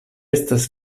estas